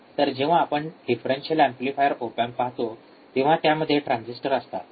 तर जेव्हा आपण डिफरेंशियल एम्पलीफायर ओप एम्प पाहतो तेव्हा त्यामध्ये ट्रान्झिस्टर्स असतात